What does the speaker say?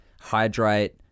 Hydrate